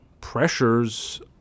pressures